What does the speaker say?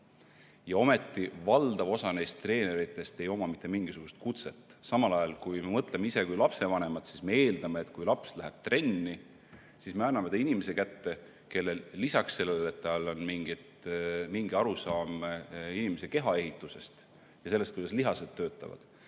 ei oma valdav osa neist treeneritest mitte mingisugust kutset. Samal ajal, kui me mõtleme kui lapsevanemad, siis me eeldame, et kui laps läheb trenni, siis me anname ta inimese kätte, kellel lisaks sellele, et tal on mingi arusaam inimese kehaehitusest ja sellest, kuidas lihased töötavad,